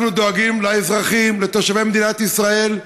אנחנו דואגים לאזרחים, לתושבי מדינת ישראל,